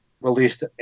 released